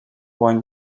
dłoń